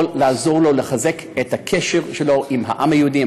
יכולה לעזור לו לחזק את הקשר שלו עם העם היהודי,